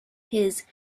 his